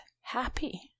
happy